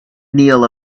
neal